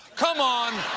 come on!